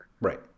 Right